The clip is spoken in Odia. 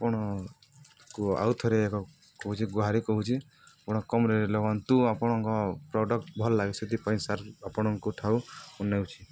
ଆପଣଙ୍କୁ ଆଉ ଥରେ କହୁଛି ଗୁହାରି କହୁଛି ଆପଣ କମ୍ ରେଟ୍ ଲଗାନ୍ତୁ ଆପଣଙ୍କ ପ୍ରଡ଼କ୍ଟ୍ ଭଲ ଲାଗେ ସେଥିପଇଁ ସାର୍ ଆପଣଙ୍କଠାରୁ ନେଉଛିି